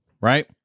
right